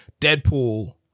Deadpool